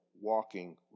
walking